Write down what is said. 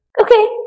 Okay